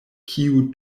kiu